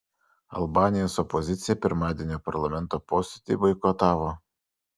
albanijos opozicija pirmadienio parlamento posėdį boikotavo